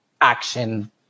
action